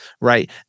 right